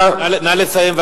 נא לסיים.